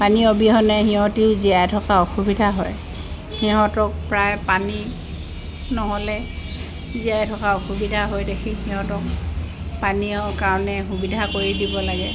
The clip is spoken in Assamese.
পানী অবিহনে সিহঁতেও জীয়াই থকা অসুবিধা হয় সিহঁতক প্ৰায় পানী নহ'লে জীয়াই থকা অসুবিধা হয় দেখি সিহঁতক পানীৰ কাৰণে সুবিধা কৰি দিব লাগে